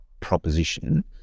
proposition